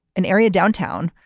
an area downtown.